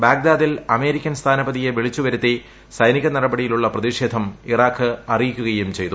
ബാഗ്ദാദിൽ American സ്ഥാനപതിയെ വിളിച്ചുവരുത്തി സൈനിക നടപടിയിലുളള പ്രതിഷേധം ഇറാഖ് അറിയിക്കുകയും ചെയ്തു